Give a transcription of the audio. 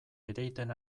ereiten